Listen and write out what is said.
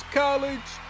college